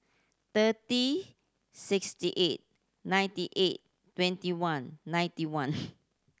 thirty sixty eight ninety eight twenty one ninety one